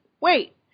Wait